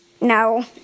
No